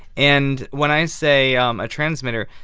and when i say um a transmitter,